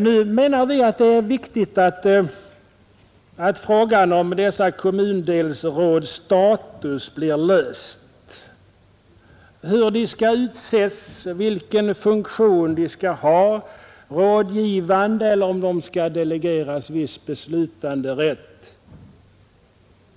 Nu menar vi att det är viktigt att frågan om dessa kommundelsråds status blir löst, dvs. hur de skall utses, vilken funktion de skall ha — om de skall vara rådgivande eller om viss beslutanderätt därjämte skall delegeras